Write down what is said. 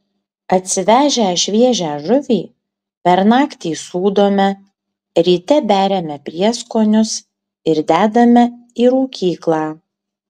atsivežę šviežią žuvį per naktį sūdome ryte beriame prieskonius ir dedame į rūkyklą